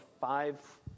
five